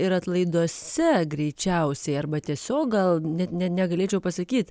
ir atlaiduose greičiausiai arba tiesiog gal net ne negalėčiau pasakyt